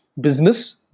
business